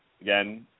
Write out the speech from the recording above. again